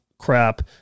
crap